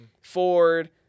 Ford